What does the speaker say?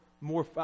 more